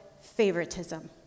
favoritism